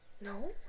no